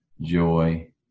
joy